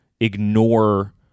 ignore